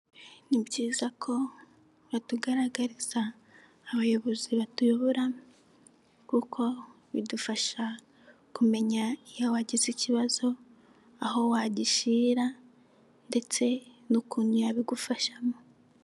Ni byiza ko batugaragariza abayobozi batuyobora kuko bidufasha kumenya iyo wagize ikibazo aho wagishyira ndetse n'ukuntu yabigufashamo.